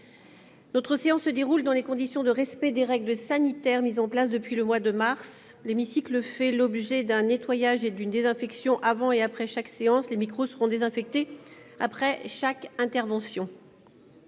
notre séance se déroule dans les conditions de respect des règles sanitaires mises en place depuis le mois de mars. L'hémicycle fait l'objet d'un nettoyage et d'une désinfection avant et après chaque séance. Les micros seront désinfectés après chaque intervention.